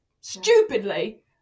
stupidly